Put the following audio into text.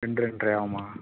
ரெண்டு ரெண்டரை ஆகுமா